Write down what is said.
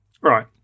right